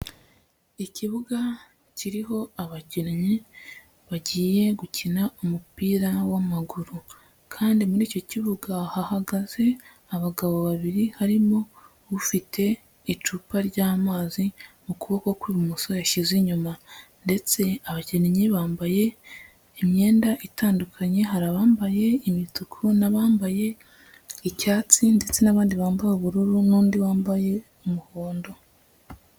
Ikibuga kiriho abakinnyi bagiye gukina umupira w'amaguru. Kandi muri icyo kibuga hahagaze abagabo babiri harimo ufite icupa ry'amazi mu kuboko ku ibumoso yashyize inyuma. Ndetse abakinnyi bambaye imyenda itandukanye hari abambaye imituku, n'abambaye icyatsi, ndetse n'abandi bambaye ubururu, n'undi wambaye umuhondo.